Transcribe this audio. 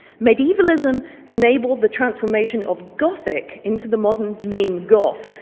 medievalism enabled the transformation of gothic into the modern meme goth,